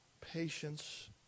patience